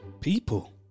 people